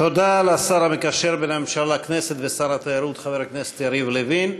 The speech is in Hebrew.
תודה לשר המקשר בין הממשלה לכנסת ושר התיירות חבר הכנסת יריב לוין.